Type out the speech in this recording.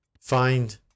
find